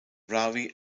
ravi